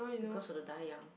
because of the die young